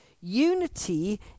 Unity